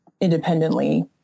independently